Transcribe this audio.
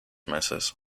meses